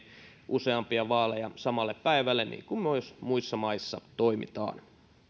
useampia vaaleja samalle päivälle niin kuin myös muissa maissa toimitaan